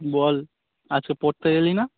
বল আজকে পড়তে এলি না